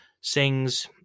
sings